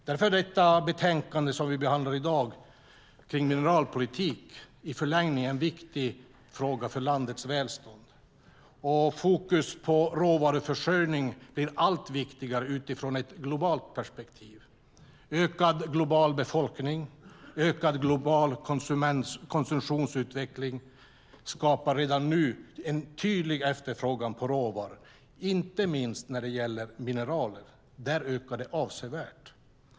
Därför är det betänkande om mineralpolitik som vi behandlar i dag i förlängningen en viktig fråga för landets välstånd. Fokus på råvaruförsörjning blir allt viktigare utifrån ett globalt perspektiv. Ökad global befolkning och ökad global konsumtionsutveckling skapar redan nu en tydlig efterfrågan på råvaror inte minst när det gäller mineraler. Där ökar det avsevärt.